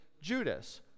Judas